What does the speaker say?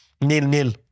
nil-nil